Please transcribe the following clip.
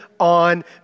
On